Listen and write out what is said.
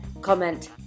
comment